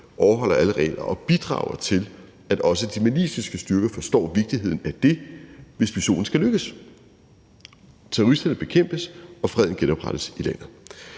overholder alle regler og bidrager til, at også de maliske styrker forstår vigtigheden af det, hvis missionen skal lykkes, terroristerne bekæmpes og freden genoprettes i landet.